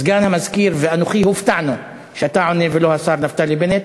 סגן המזכיר ואנוכי הופתענו שאתה עונה ולא השר נפתלי בנט,